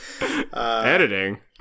editing